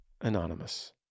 Anonymous